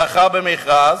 זכה במכרז,